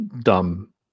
dumb